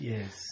Yes